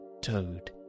Toad